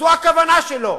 זו הכוונה שלו.